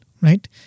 Right